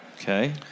Okay